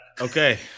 Okay